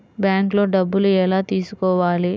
బ్యాంక్లో డబ్బులు ఎలా తీసుకోవాలి?